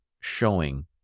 showing